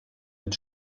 mit